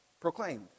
proclaimed